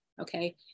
okay